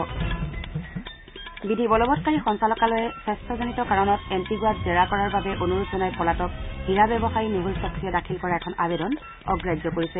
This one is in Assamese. বিধি বলৱৎকাৰী সঞ্চালকালয়ে স্বাস্থজনিত কাৰণত এণ্টিগুৱাত জেৰা কৰাৰ বাবে অনুৰোধ জনাই পলাতক হীৰা ব্যৱসায়ী মেহুল চকচীয়ে দাখিল কৰা এখন আৱেদন অগ্ৰাহ্য কৰিছে